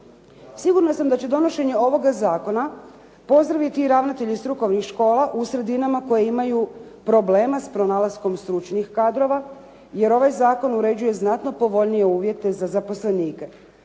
Sigurna sam da će donošenje ovoga zakona pozdraviti i ravnatelji strukovnih škola u sredinama koje imaju problema sa pronalaskom stručnih kadrova jer ovaj zakon uređuje znatno povoljnije uvjete za zaposlenike